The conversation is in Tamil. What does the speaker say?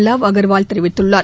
லாவ் அகர்வால் தெரிவித்துள்ளார்